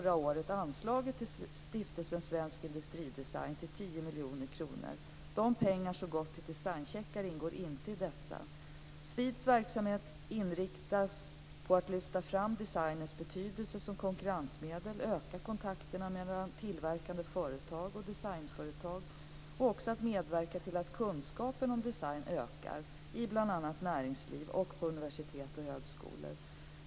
Svensk industridesign till 10 miljoner kronor. De pengar som gått till designcheckar ingår inte i dessa. SVID:s verksamhet inriktas på att lyfta fram designens betydelse som konkurrensmedel, öka kontakterna mellan tillverkande företag och designföretag och medverka till att kunskaperna om design ökar i bl.a. näringsliv och på universitet och högskolor.